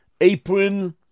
apron